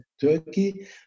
Turkey